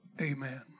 Amen